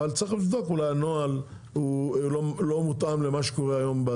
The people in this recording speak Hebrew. אבל צריך לבדוק אולי הנוהל הוא לא מותאם למה שקורה היום,